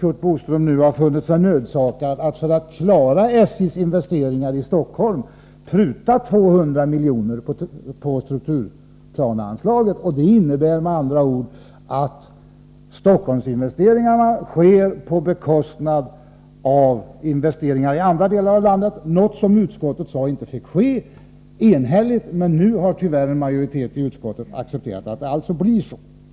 Curt Boström nu dess värre sett sig nödsakad att, för att klara SJ:s investeringar i Stockholm, pruta 200 miljoner på strukturplaneanslaget. Det innebär med andra ord att Stockholmsinvesteringarna sker på bekostnad av investeringarna i andra delar av landet — något som utskottet tidigare enhälligt sade inte fick ske, men nu har tyvärr en majoritet i utskottet accepterat att det blir så.